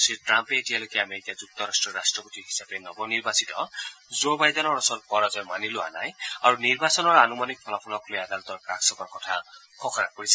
শ্ৰীট্টাম্পে এতিয়ালৈকে আমেৰিকা যুক্তৰাষ্ট্ৰৰ ৰাষ্ট্ৰপতি হিচাপে নৱনিৰ্বাচিত জো বাইডেনৰ ওচৰত পৰাজয় মানি লোৱা নাই আৰু নিৰ্বাচনৰ আনুমানিক ফলাফলক লৈ আদালতৰ কাষ চপাৰ কথা ঘোষণা কৰিছে